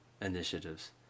initiatives